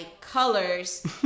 colors